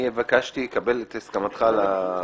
ביקשתי לקבל את הסכמתך על הרשימה.